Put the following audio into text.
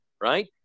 right